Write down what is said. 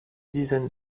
dizaines